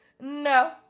No